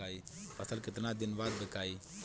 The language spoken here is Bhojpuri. फसल केतना दिन बाद विकाई?